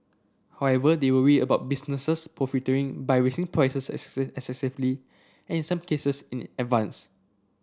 however they worry about businesses profiteering by raising prices excessively and some cases in advance